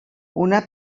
una